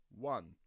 one